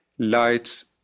lights